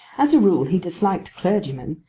as a rule he disliked clergymen,